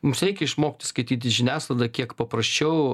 mums reikia išmokti skaityti žiniasklaidą kiek paprasčiau